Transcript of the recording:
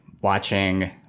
watching